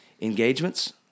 engagements